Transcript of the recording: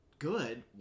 good